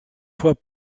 fois